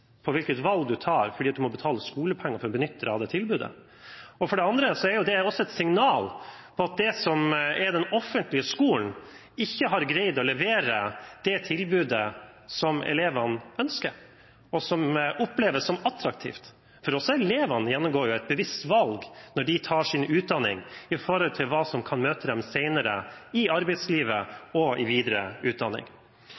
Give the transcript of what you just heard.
på hvilket valg en tar fordi en må betale skolepenger for å benytte seg av det tilbudet. For det andre er det også et signal om at den offentlige skolen ikke har greid å levere det tilbudet som elevene ønsker og opplever som attraktivt. For elevene tar et bevisst valg når de tar sin utdanning med hensyn til det som kan møte dem senere i